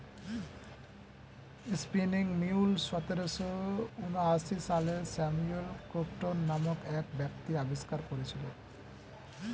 spinning mule সতেরোশো ঊনআশি সালে স্যামুয়েল ক্রম্পটন নামক এক ব্যক্তি আবিষ্কার করেছিলেন